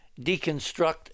deconstruct